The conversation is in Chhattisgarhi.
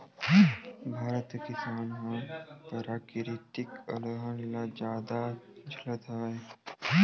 भारत के किसान ह पराकिरितिक अलहन ल जादा झेलत हवय